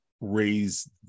raise